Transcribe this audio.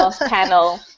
panel